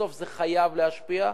בסוף זה חייב להשפיע,